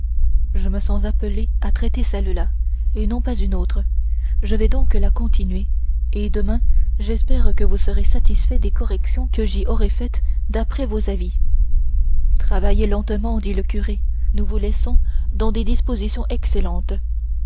je me sens appelé à traiter celle-là et non pas une autre je vais donc la continuer et demain j'espère que vous serez satisfait des corrections que j'y aurai faites d'après vos avis travaillez lentement dit le curé nous vous laissons dans des dispositions excellentes